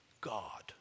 God